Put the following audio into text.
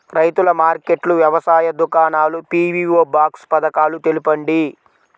రైతుల మార్కెట్లు, వ్యవసాయ దుకాణాలు, పీ.వీ.ఓ బాక్స్ పథకాలు తెలుపండి?